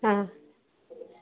ಹಾಂ